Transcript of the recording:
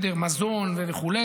מזון וכו',